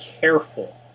careful